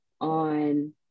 on